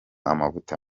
amavuta